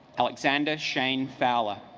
alexander shane fowler